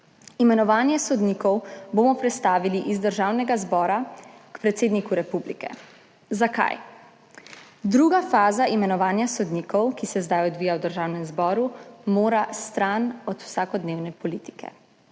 Imenovanje sodnikov bomo prestavili iz Državnega zbora k predsedniku republike. Zakaj? Druga faza imenovanja sodnikov, ki se zdaj odvija v Državnem zboru, mora stran od vsakodnevne politike.